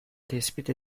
tespit